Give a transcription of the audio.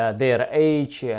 ah their age, yeah